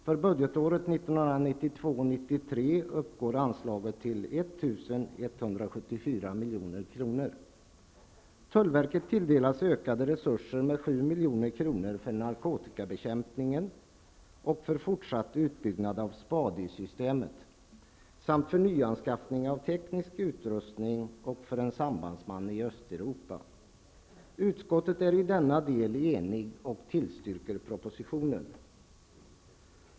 För budgetåret 1992/93 Utskottet är i denna del enigt och tillstyrker propositionen.